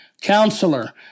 Counselor